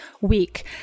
week